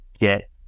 get